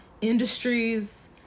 industries